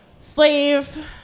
slave